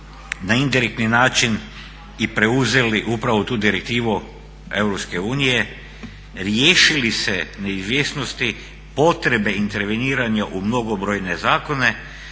na indirektni način i preuzeli upravo tu direktivu EU, riješili se neizvjesnosti, potrebe interveniranja u mnogobrojne zakone,